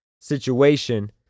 situation